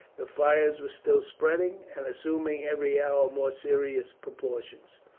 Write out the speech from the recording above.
the fire was still spreading, and assuming every hour more serious proportions.